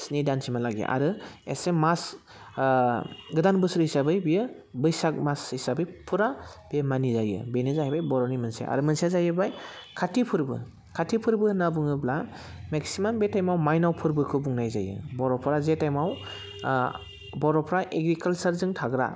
स्नि दानसिमहालागै आरो एसे मास गोदान बोसोर हिसाबै बियो बैसाग मास हिसाबै फुरा बे मानिजायो बेनो जाहैबाय बर'नि मोनसे आरो मोनसेया जाहैबाय काति फोरबो काति फोरबो होनना बुङोब्ला मेक्सिमाम बे टाइमाव मायनाव फोरबोखौ बुंनाय जायो बर'फोरा जे टाइमाव बर'फ्रा एग्रिकालसारजों थाग्रा